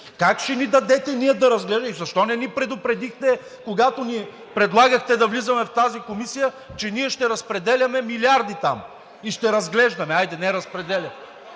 Как ще ни дадете ние да разглеждаме?! Защо не ни предупредихте, когато ни предлагахте да влизаме в тази комисия, че ние ще разпределяме милиарди там и ще разглеждаме, хайде не – разпределяме?